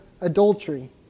adultery